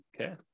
Okay